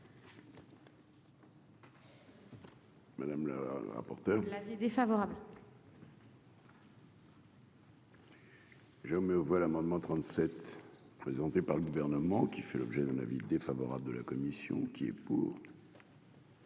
Madame l'apporter. L'avis défavorable. Je mets aux voix l'amendement 37 présenté par le gouvernement, qui fait l'objet d'un avis défavorable de la commission qui est pour.